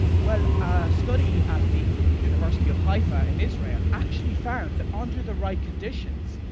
well, a study at the university of haifa in israel actually found that under the right conditions,